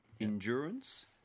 Endurance